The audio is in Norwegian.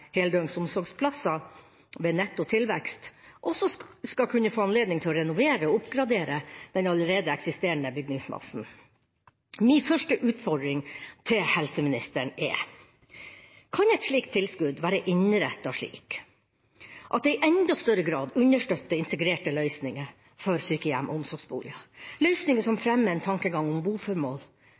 heldøgns omsorgsplasser ved netto tilvekst, også skal få anledning til å renovere og oppgradere den allerede eksisterende bygningsmassen. Min første utfordring til helseministeren er: Kan et slikt tilskudd være innrettet slik at det i enda større grad understøtter integrerte løsninger for sykehjem og omsorgsboliger – løsninger som fremmer en tankegang om